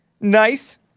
Nice